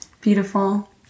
Beautiful